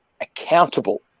accountable